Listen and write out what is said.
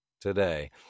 today